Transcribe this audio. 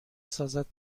سازد